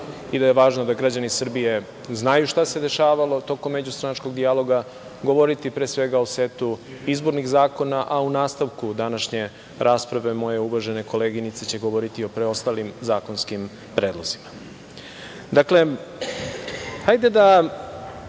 i da je važno da građani Srbije znaju šta se dešavalo tokom međustranačkog dijaloga, govoriti pre svega, o setu izbornih zakona, a u nastavku današnje rasprave moje uvažene koleginice će govoriti o preostalim zakonskim predlozima. Dakle, hajde da